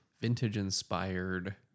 vintage-inspired